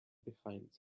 behind